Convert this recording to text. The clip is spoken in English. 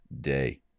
day